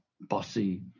bossy